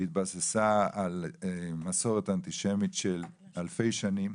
היא התבססה על מסורת אנטישמית של אלפי שנים,